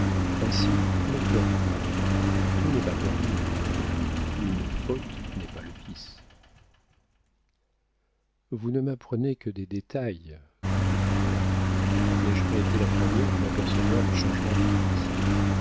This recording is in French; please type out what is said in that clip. ainsi ne pleurez pas tout n'est pas perdu madame une faute n'est pas le vice vous ne m'apprenez que des détails dit la baronne n'ai-je pas été la première à m'apercevoir du changement de calyste